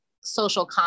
social